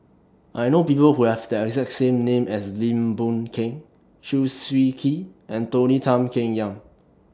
I know People Who Have The exact name as Lim Boon Keng Chew Swee Kee and Tony Tan Keng Yam